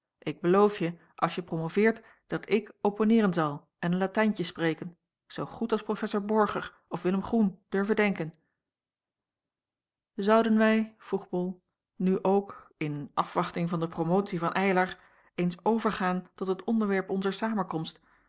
ik beloof je als je promoveert dat ik opponeeren zal en een latijntje spreken zoo goed als professor borger of willem groen durven denken zouden wij vroeg bol nu ook in afwachting van de promotie van eylar eens overgaan tot het onderwerp onzer samenkomst